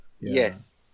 Yes